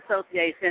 Association